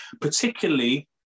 particularly